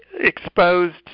exposed